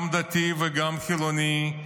גם דתי וגם חילוני,